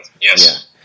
Yes